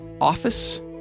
office